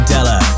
Della